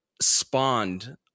spawned